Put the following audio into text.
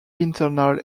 internal